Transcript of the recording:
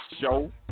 show